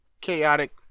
Chaotic